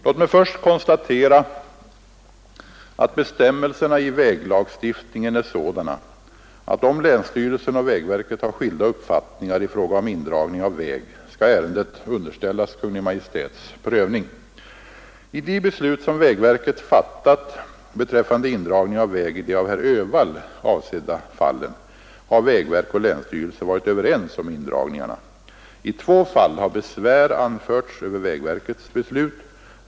Låt mig först konstatera, att bestämmelserna i väglagstiftningen är sådana att om länsstyrelsen och vägverket har skilda uppfattningar i fråga om indragning av väg skall ärendet underställas Kungl. Maj:ts prövning. I de beslut som vägverket fattat beträffande indragning av väg i de av herr Öhvall avsedda fallen, har vägverk och länsstyrelse varit överens om indragningarna. I två fall har besvär anförts över vägverkets beslut.